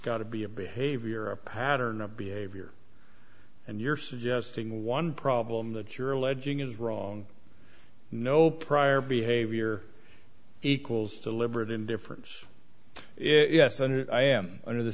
got to be a behavior a pattern of behavior and you're suggesting one problem that you're alleging is wrong no prior behavior equals deliberate indifference yes and i am under the